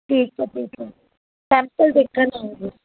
ਠੀਕ ਆ ਠੀਕ ਆ ਸੈਂਪਲ ਦੇਖਣ ਆਓਗੇ